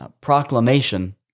proclamation